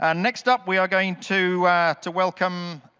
and next up, we are going to to welcome,